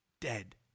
dead